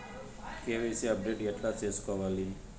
KYC update ఎట్లా సేసుకోవాలి?